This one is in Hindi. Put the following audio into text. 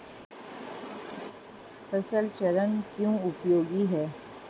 फसल चरण क्यों उपयोगी है?